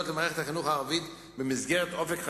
למערכת החינוך הערבית במסגרת "אופק חדש",